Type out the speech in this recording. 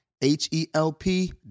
H-E-L-P